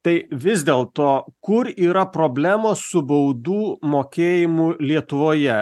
tai vis dėlto kur yra problemos su baudų mokėjimu lietuvoje